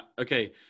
Okay